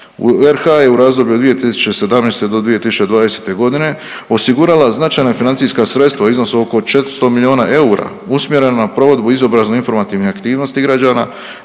RH je u razdoblju od 2017. do 2020.g. osigurala značajna financijska sredstva u iznosu oko 400 milijuna eura usmjerena na provedbu i izobrazbu informativne aktivnosti građana,